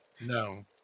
no